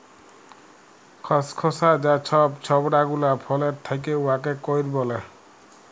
খসখসা যা ছব ছবড়া গুলা ফলের থ্যাকে উয়াকে কইর ব্যলে